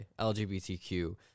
LGBTQ